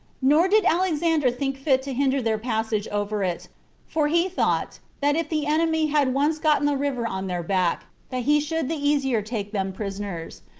nor did alexander think fit to hinder their passage over it for he thought, that if the enemy had once gotten the river on their back, that he should the easier take them prisoners,